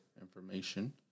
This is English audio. information